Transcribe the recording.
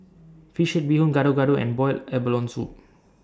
Fish Head Bee Hoon Gado Gado and boiled abalone Soup